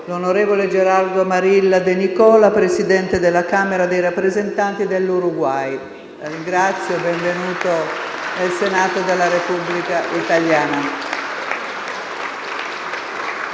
l'onorevole Gerardo Amarilla De Nicola, presidente della Camera dei rappresentanti dell'Uruguay. La ringrazio, benvenuto al Senato della Repubblica italiana.